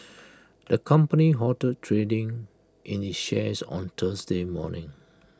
the company halted trading in its shares on Thursday morning